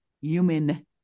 human